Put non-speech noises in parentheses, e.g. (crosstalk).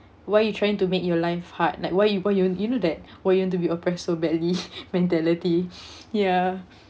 why you trying to make your life hard like why you why you know that why you want to be oppressed so badly (laughs) mentality (breath) ya